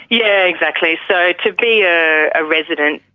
yeah exactly, so to be a ah resident,